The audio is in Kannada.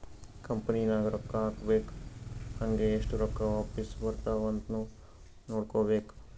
ಕಂಪನಿ ನಾಗ್ ರೊಕ್ಕಾ ಹಾಕ್ಬೇಕ್ ಹಂಗೇ ಎಸ್ಟ್ ರೊಕ್ಕಾ ವಾಪಾಸ್ ಬರ್ತಾವ್ ಅಂತ್ನು ನೋಡ್ಕೋಬೇಕ್